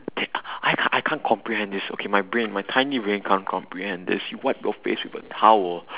da~ I I I can't I can't comprehend this okay my brain my tiny brain can't comprehend this you wipe your face with a towel